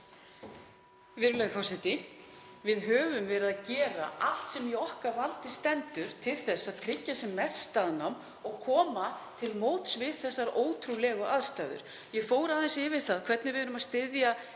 Við höfum verið að gera allt sem í okkar valdi stendur til að tryggja sem mest staðnám og koma til móts við þessar ótrúlegu aðstæður. Ég fór aðeins yfir það hvernig við erum að styðja